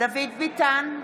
דוד ביטן,